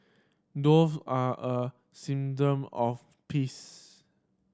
dove are a symptom of peace